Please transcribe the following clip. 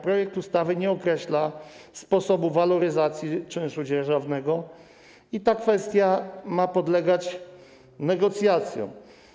Projekt ustawy nie określa sposobu waloryzacji czynszu dzierżawnego i ta kwestia ma podlegać negocjacjom.